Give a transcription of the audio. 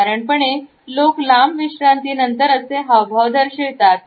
साधारणपणे लोक लांब विश्रांतीनंतर असे हावभाव दर्शवितात